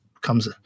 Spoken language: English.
comes